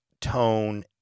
tone